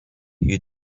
you